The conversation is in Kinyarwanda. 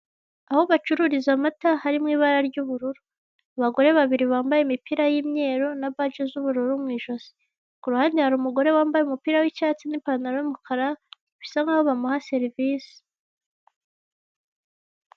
Aho bacururiza amata hari mu ibara ry'ubururu, abagore babiri bambaye imipira y'imyeru na baje z'ubururu mu ijosi ku ruhande hari umugore wambaye umupira w'icyatsi n'ipantaro y'umukara bisa nkaho bamuha serivise.